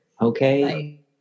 Okay